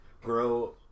grow